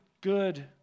good